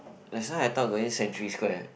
that's why I thought going Century Square